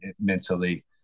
mentally